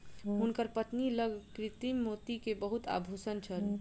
हुनकर पत्नी लग कृत्रिम मोती के बहुत आभूषण छल